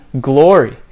glory